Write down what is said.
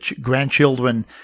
grandchildren